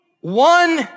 one